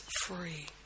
free